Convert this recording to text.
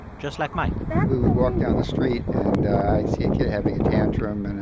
just like mike we would walk down the street. and i'd see a kid having a tantrum. and